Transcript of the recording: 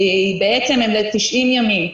הם בעצם ל-90 ימים.